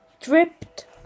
dripped